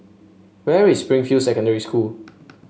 where is Springfield Secondary School